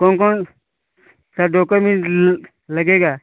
कौन कौन का डॉकोमेंट लगेगा